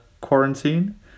quarantine